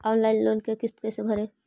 Online loan के किस्त कैसे भरे?